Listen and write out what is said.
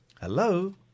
Hello